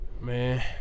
Man